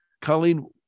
Colleen